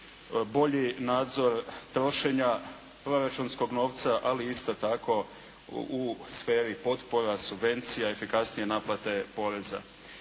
bolji nadzor trošenja proračunskog novca, ali isto tako u sferi potpora, subvencija, efikasnije naplate poreza.